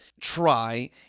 try